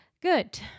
Good